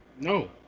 No